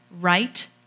right